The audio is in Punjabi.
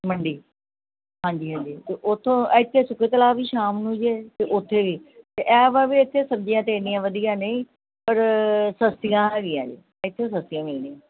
ਮੰਡੀ ਹਾਂਜੀ ਹਾਂਜੀ ਅਤੇ ਉੱਥੋਂ ਇੱਥੇ ਸੁੱਕੇ ਤਲਾਅ ਵੀ ਸ਼ਾਮ ਨੂੰ ਜੇ ਅਤੇ ਉੱਥੇ ਵੀ ਅਤੇ ਇਹ ਵਾ ਵੀ ਇੱਥੇ ਸਬਜ਼ੀਆਂ ਤਾਂ ਇੰਨੀਆਂ ਵਧੀਆਂ ਨਹੀਂ ਪਰ ਸਸਤੀਆਂ ਹੈਗੀਆਂ ਜੇ ਇੱਥੋਂ ਸਸਤੀਆਂ ਮਿਲਦੀਆਂ